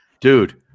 Dude